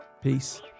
peace